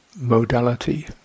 modality